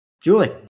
Julie